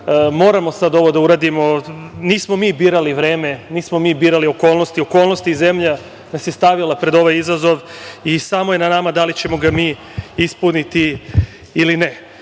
moramo sada ovo da uradimo. Nismo mi birali vreme, nismo mi birali okolnosti. Okolnosti i zemlja nas je stavila pred ovaj izazov i samo je na nama da li ćemo ga mi ispuniti ili